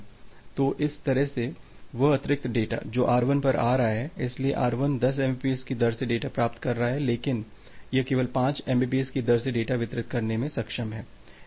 तो इस तरह से वह अतिरिक्त डेटा जो R1 पर आ रहा है इसलिए R1 10 एमबीपीएस की दर से डेटा प्राप्त कर रहा है लेकिन यह केवल 5 एमबीपीएस की दर से डेटा वितरित करने में सक्षम है